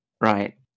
Right